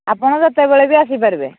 ଆପଣ ଯେତେବେଳେ ବି ଆସିପାରିବେ